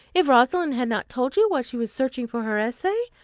if rosalind had not told you while she was searching for her essay.